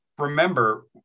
Remember